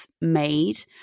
Made